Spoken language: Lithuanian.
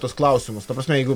tuos klausimus ta prasme jeigu